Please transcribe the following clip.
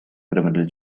criminal